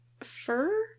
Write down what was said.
fur